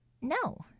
No